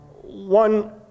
One